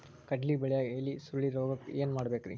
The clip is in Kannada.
ಕಡ್ಲಿ ಬೆಳಿಯಾಗ ಎಲಿ ಸುರುಳಿರೋಗಕ್ಕ ಏನ್ ಮಾಡಬೇಕ್ರಿ?